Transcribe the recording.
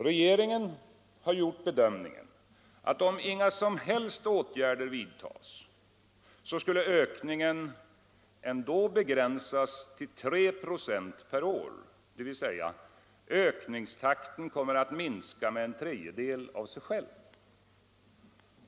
Regeringen har gjort bedömningen att om inga som helst åtgärder vidtas skall ökningen ändå begränsas till 3 96 per år — dvs. ökningstakten kommer att minska med en tredjedel av sig själv.